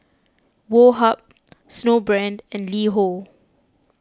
Woh Hup Snowbrand and LiHo